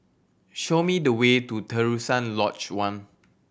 show me the way to Terusan Lodge One